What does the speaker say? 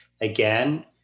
again